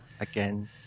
Again